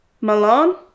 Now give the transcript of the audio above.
Malone